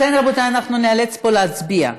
לכן, רבותיי, אנחנו ניאלץ פה להצביע,